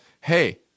hey